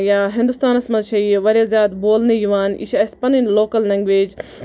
یا ہِندُستانَس منٛز چھِ یہِ واریاہ زیادٕ بولنہٕ یِوان یہِ چھےٚ اَسہِ پَنٕنۍ لوکَل لنگویج